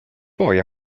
poi